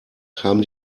haben